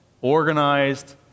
organized